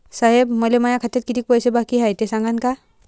साहेब, मले माया खात्यात कितीक पैसे बाकी हाय, ते सांगान का?